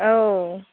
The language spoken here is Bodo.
औ